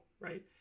right